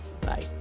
Bye